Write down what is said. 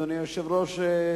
אדוני היושב-ראש,